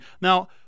Now